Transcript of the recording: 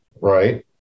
right